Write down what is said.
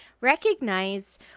recognize